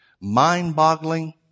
mind-boggling